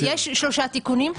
יש שלושה תיקונים.